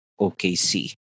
OKC